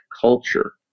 culture